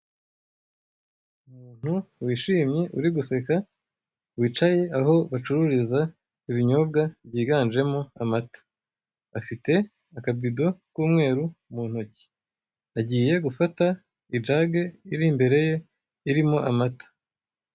Umuntu wishimye uri guseka, wicaye aho bacururiza ibinyobwa byiganjemo amata. Afite akabido k'umweru mu ntoki. Agiye gufata ijage iri imbere ye irimo amata.